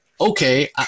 okay